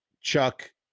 Chuck